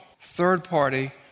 third-party